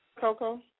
Coco